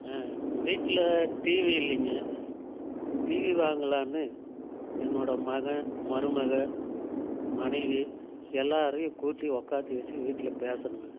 வீட்டில் டிவி இல்லைங்க டிவி வாங்கலானு என்னோட மகன் மருமகள் மனைவி எல்லாரையும் கூட்டி உக்காத்தி வச்சு வீட்டில் பேசனோங்க